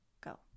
go